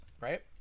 right